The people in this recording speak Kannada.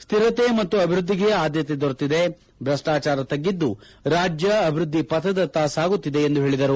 ಸ್ವಿರತೆ ಮತ್ತು ಅಭಿವ್ಯದ್ದಿಗೆ ಆದ್ದತೆ ದೊರೆಸಿದೆ ಭ್ರಷ್ಟಾಚಾರ ತಗ್ಗಿದ್ದು ರಾಜ್ಯ ಅಭಿವೃದ್ದಿ ಪಥದತ್ತ ಸಾಗುತ್ತಿದೆ ಎಂದು ಹೇಳಿದರು